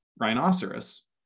rhinoceros